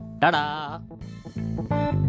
Ta-da